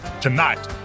tonight